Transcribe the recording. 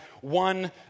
one